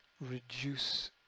reduce